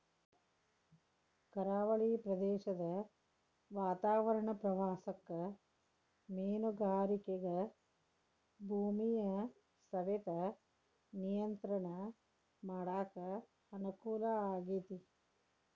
ಕರಾವಳಿ ಪ್ರದೇಶದ ವಾತಾವರಣ ಪ್ರವಾಸಕ್ಕ ಮೇನುಗಾರಿಕೆಗ ಭೂಮಿಯ ಸವೆತ ನಿಯಂತ್ರಣ ಮಾಡಕ್ ಅನುಕೂಲ ಆಗೇತಿ